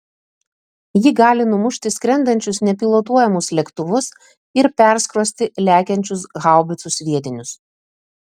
ji gali numušti skrendančius nepilotuojamus lėktuvus ir perskrosti lekiančius haubicų sviedinius